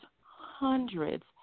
hundreds